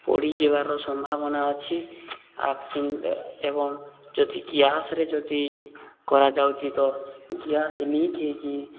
ପୋଡ଼ିଯିବାର ସମ୍ଭାବନା ଅଛି ଆ ଏବଂ ଯଦି ଗ୍ୟାସ୍ରେ ଯଦି କରାଯାଉଛି ତ ଗ୍ୟାସ୍ ଲିକ୍ ହେଇକି